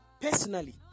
Personally